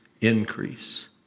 increase